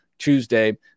Tuesday